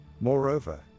Moreover